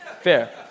Fair